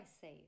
save